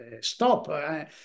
stop